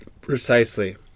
Precisely